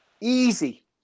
easy